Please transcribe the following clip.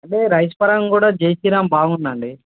అంటే రైస్ పరంగా కూడా జై శ్రీరామ్ బాగుంది అండి